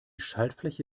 schaltfläche